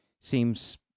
seems